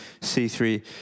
C3